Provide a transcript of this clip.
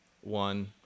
one